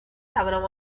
توانم